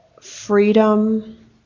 freedom